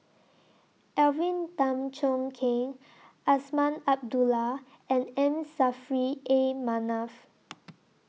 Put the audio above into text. Alvin Tan Cheong Kheng Azman Abdullah and M Saffri A Manaf